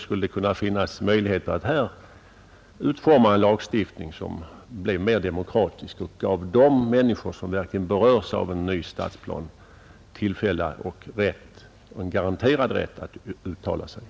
Alla de människor som bor i anslutning till platsen i fråga har inte någon lagfäst rätt att yttra sig i ärendet.